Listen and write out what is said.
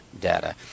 Data